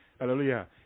hallelujah